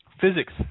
physics